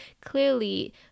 clearly